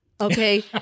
okay